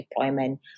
deployment